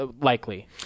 likely